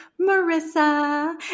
Marissa